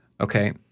Okay